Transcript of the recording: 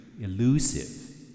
elusive